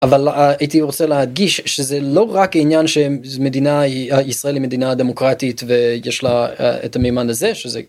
אבל הייתי רוצה להדגיש שזה לא רק עניין שמדינה ישראל היא מדינה דמוקרטית ויש לה את המימד הזה שזה...